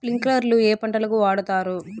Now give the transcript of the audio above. స్ప్రింక్లర్లు ఏ పంటలకు వాడుతారు?